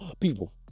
people